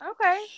Okay